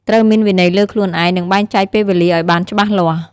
ត្រូវមានវិន័យលើខ្លួនឯង និងបែងចែកពេលវេលាឱ្យបានច្បាស់លាស់។